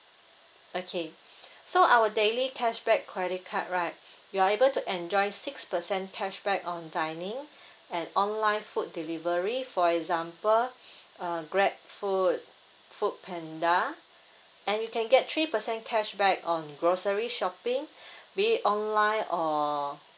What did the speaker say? okay so our daily cashback credit card right you're able to enjoy six percent cashback on dining and online food delivery for example uh grabfood foodpanda and you can get three percent cashback on grocery shopping be it online or